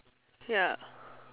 ya